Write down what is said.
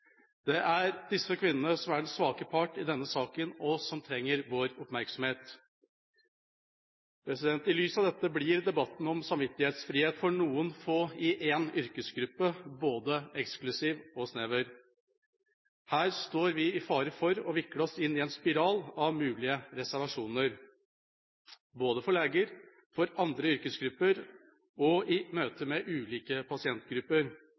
Det er disse kvinnene som er den svake part i denne saken, og som trenger vår oppmerksomhet. I lys av dette blir debatten om samvittighetsfrihet for noen få i én yrkesgruppe både eksklusiv og snever. Her står vi i fare for å vikle oss inn i en spiral av mulige reservasjoner både for leger, for andre yrkesgrupper og i møte med ulike pasientgrupper.